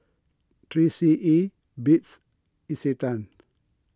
three C E Beats Isetan